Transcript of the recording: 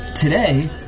Today